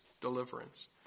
deliverance